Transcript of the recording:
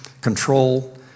control